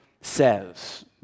says